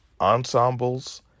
ensembles